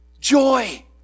Joy